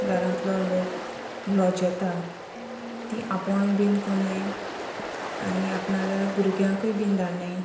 घरांतलो लोक लॉजेता ती आपणूय बीन करनाय आनी आपणाल्या भुरग्यांकूय बीन धाडनाय